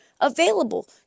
available